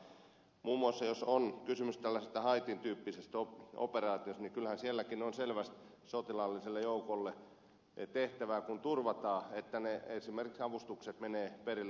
muun muassa jos on kysymys tällaisesta haitin tyyppisestä operaatiosta niin kyllähän sielläkin on selvästi sotilaalliselle joukolle tehtävää kun turvataan että esimerkiksi avustukset menevät perille